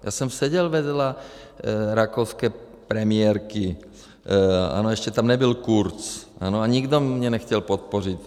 Já jsem seděl vedle rakouské premiérky ano, ještě tam nebyl Kurz a nikdo mě nechtěl podpořit.